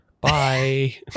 bye